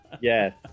Yes